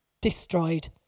destroyed